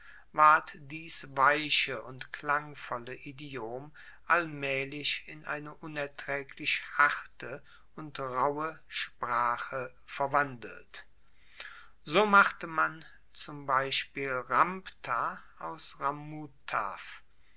ward dies weiche und klangvolle idiom allmaehlich in eine unertraeglich harte und rauhe sprache verwandelt so machte man zum beispiel rama aus ramuaf